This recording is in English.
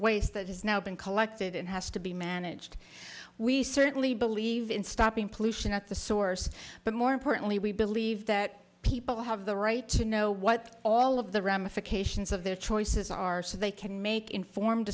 waste that has now been collected and has to be managed we certainly believe in stopping pollution at the source but more importantly we believe that people have the right to know what all of the ramifications of their choices are so they can make informed